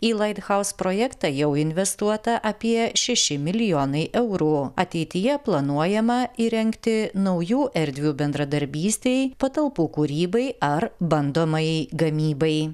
į light house projektą jau investuota apie šeši milijonai eurų ateityje planuojama įrengti naujų erdvių bendradarbystei patalpų kūrybai ar bandomajai gamybai